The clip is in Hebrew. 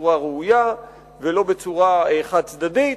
ובצורה ראויה ולא בצורה חד-צדדית.